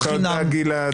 תודה.